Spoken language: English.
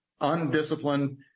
undisciplined